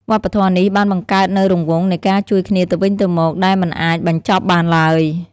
វប្បធម៌នេះបានបង្កើតនូវរង្វង់នៃការជួយគ្នាទៅវិញទៅមកដែលមិនអាចបញ្ចប់បានឡើយ។